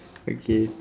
okay